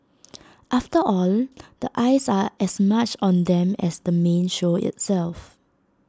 after all the eyes are as much on them as the main show itself